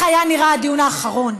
איך נראה הדיון האחרון.